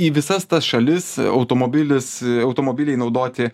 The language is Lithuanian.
į visas tas šalis automobilis automobiliai naudoti